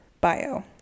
bio